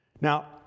Now